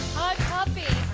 hot coffee.